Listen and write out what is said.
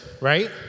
right